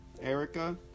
Erica